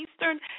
eastern